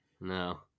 No